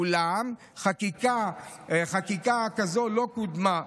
אולם חקיקה זו לא קודמה.